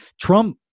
trump